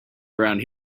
around